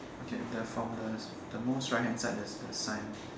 okay the from the the most right hand side there's the sign